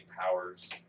powers